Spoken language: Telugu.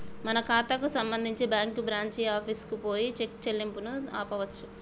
మన ఖాతాకు సంబంధించి బ్యాంకు బ్రాంచి ఆఫీసుకు పోయి చెక్ చెల్లింపును ఆపవచ్చు